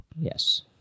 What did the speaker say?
Yes